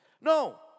No